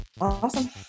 Awesome